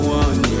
one